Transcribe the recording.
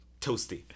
Toasty